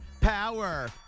power